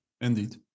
Indeed